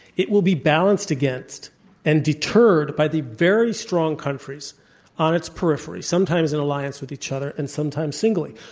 it will be balanced against and deterred by the very strong countries on its periphery, sometimes in alliance with each other and sometimes singly.